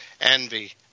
envy